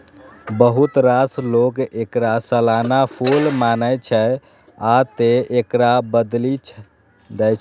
बहुत रास लोक एकरा सालाना फूल मानै छै, आ तें एकरा बदलि दै छै